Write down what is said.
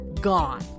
Gone